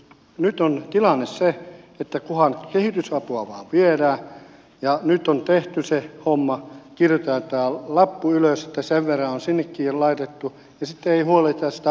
nyt on tilanne se että kunhan kehitysapua vain viedään ja kun on tehty se homma kirjoitetaan lappuun ylös että sen verran on sinnekin jo laitettu ja sitten ei huolehdita siitä loppupäästä olleenkaan